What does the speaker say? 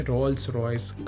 Rolls-Royce